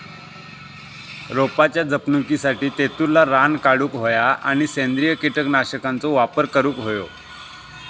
रोपाच्या जपणुकीसाठी तेतुरला रान काढूक होया आणि सेंद्रिय कीटकनाशकांचो वापर करुक होयो